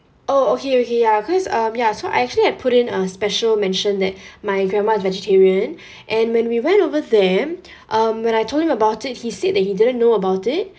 oh okay okay ya cause um ya so I actually had put in a special mention that my grandma is vegetarian and when we went over them um when I told him about it he said that he didn't know about it